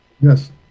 yes